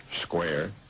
square